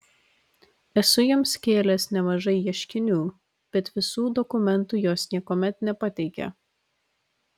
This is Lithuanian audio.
esu joms kėlęs nemažai ieškinių bet visų dokumentų jos niekuomet nepateikia